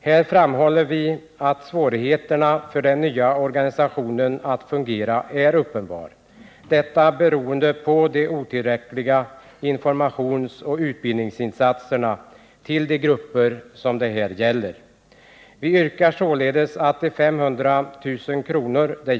Här framhåller vi att svårigheterna för den nya organisationen att fungera är uppenbara — detta beroende på de otillräckliga informationsoch utbildningsinsatserna till de grupper det här gäller. Vi yrkar således att 500 000 kr.